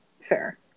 Fair